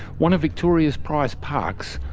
one of victoria's prized parks,